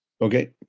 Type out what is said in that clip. Okay